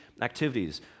activities